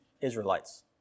Israelites